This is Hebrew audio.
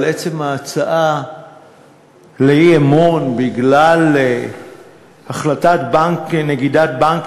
אבל עצם ההצעה לאי-אמון בגלל החלטת נגידת בנק